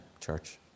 church